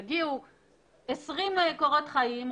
יגיעו 20 קורות חיים,